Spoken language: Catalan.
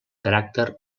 caràcter